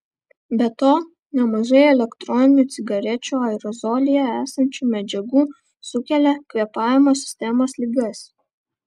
be to nemažai elektroninių cigarečių aerozolyje esančių medžiagų sukelia kvėpavimo sistemos ligas